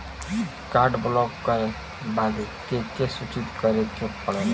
Card block करे बदी के के सूचित करें के पड़ेला?